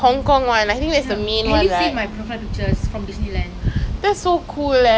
after that I suddenly right I cannot sleep with fan ah I home very cold I get cold damn easily